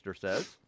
says